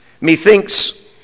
Methinks